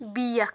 بیٚیکھ